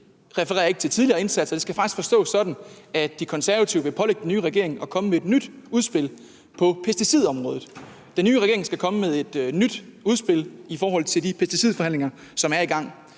ikke refererer til tidligere indsatser, men at det faktisk skal forstås sådan, at De Konservative vil pålægge den nye regering at komme med et nyt udspil på pesticidområdet. Den nye regering skal komme med et nyt udspil i forhold til de pesticidforhandlinger, som er i gang.